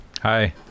Hi